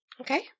Okay